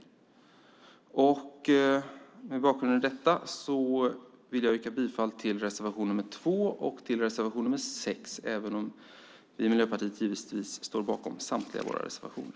Mot den bakgrunden yrkar jag bifall till reservationerna 2 och 6, men givetvis står vi i Miljöpartiet bakom samtliga våra reservationer.